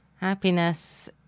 Happiness